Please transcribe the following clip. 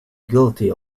guilty